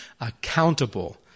accountable